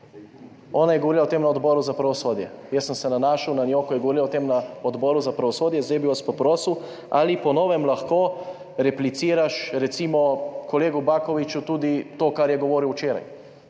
Ona je govorila o tem na odboru za pravosodje. Jaz sem se nanašal na njo, ko je govorila o tem na odboru za pravosodje. Zdaj bi vas pa prosil: ali po novem lahko repliciraš recimo kolegu Bakoviću tudi na to, kar je govoril včeraj,